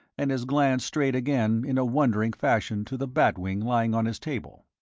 and his glance strayed again in a wondering fashion to the bat wing lying on his table.